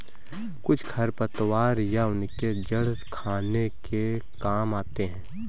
कुछ खरपतवार या उनके जड़ खाने के काम आते हैं